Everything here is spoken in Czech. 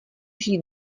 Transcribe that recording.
žít